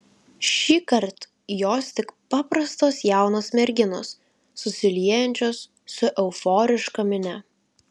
šįkart jos tik paprastos jaunos merginos susiliejančios su euforiška minia